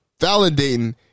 validating